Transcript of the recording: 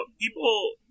people